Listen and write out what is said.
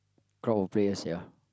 crowd a place ya